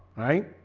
alright